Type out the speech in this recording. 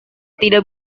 tidak